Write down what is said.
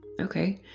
Okay